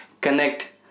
connect